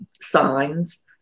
signs